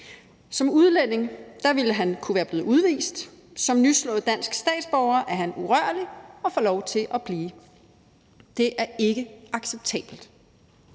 Som udlænding ville han kunne være blevet udvist; som nyslået dansk statsborger er han urørlig og får lov til at blive. Det er ikke acceptabelt.